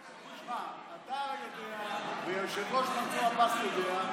תשמע, אתה יודע, והיושב-ראש מנסור עבאס יודע,